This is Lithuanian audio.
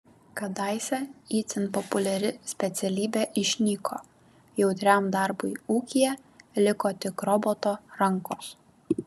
kadaise itin populiari specialybė išnyko jautriam darbui ūkyje liko tik roboto rankos